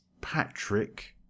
Patrick